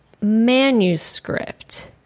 Manuscript